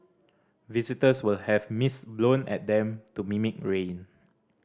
visitors will have mist blown at them to mimic rain